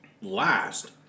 last